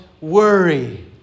worry